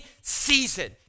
season